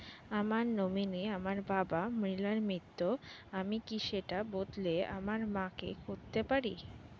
আমার নমিনি আমার বাবা, মৃণাল মিত্র, আমি কি সেটা বদলে আমার মা কে করতে পারি?